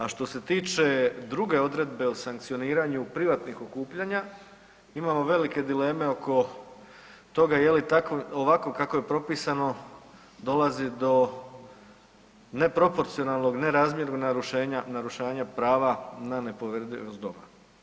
A što se tiče druge odredbe o sankcioniranju privatnih okupljanja, imamo velike dileme je li tako, ovako kako je propisano dolazi do neproporcionalnog, nerazmjernog narušenja, narušanja prava na nepovredivost doma.